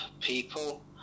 people